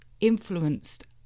influenced